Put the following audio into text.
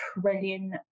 trillion